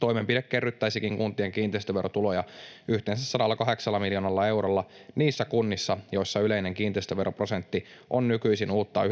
Toimenpide kerryttäisikin kuntien kiinteistöverotuloja yhteensä 108 miljoonalla eurolla niissä kunnissa, joissa yleinen kiinteistöveroprosentti on nykyisin uutta 1,3